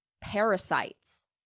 parasites